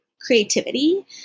creativity